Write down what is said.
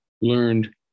learned